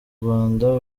rwanda